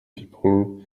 people